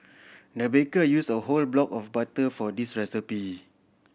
the baker use a whole block of butter for this recipe